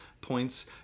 points